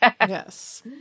Yes